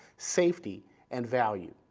safety and value.